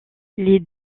les